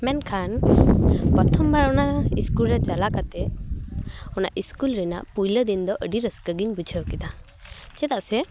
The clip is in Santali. ᱢᱮᱱᱠᱷᱟᱱ ᱯᱚᱨᱛᱷᱚᱢ ᱵᱟᱨ ᱚᱱᱟ ᱤᱥᱠᱩᱞ ᱨᱮ ᱪᱟᱞᱟᱣ ᱠᱟᱛᱮ ᱚᱱᱟ ᱤᱥᱠᱩᱞ ᱨᱮᱱᱟᱜ ᱯᱩᱭᱟᱹ ᱫᱤᱱ ᱫᱚ ᱟᱹᱰᱤ ᱨᱟᱹᱥᱠᱟᱹ ᱜᱮᱧ ᱵᱩᱡᱷᱟᱹᱣ ᱠᱮᱫᱟ ᱪᱮᱫᱟᱜ ᱥᱮ